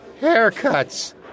Haircuts